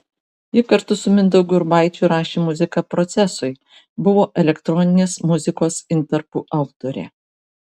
ji kartu su mindaugu urbaičiu rašė muziką procesui buvo elektroninės muzikos intarpų autorė